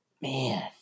man